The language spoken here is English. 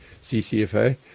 CCFA